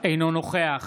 אינו נוכח